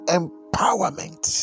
empowerment